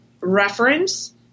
reference